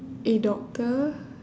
a doctor